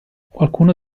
qualcuno